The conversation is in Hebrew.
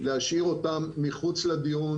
להשאיר אותם מחוץ לדיון,